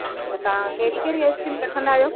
त तव्हां कहिड़ी कहिड़ी एस्क्रीम रखंदा आहियो